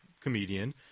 comedian